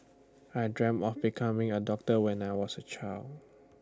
I dreamt of becoming A doctor when I was A child